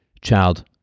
child